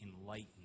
enlightened